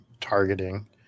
targeting